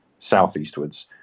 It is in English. southeastwards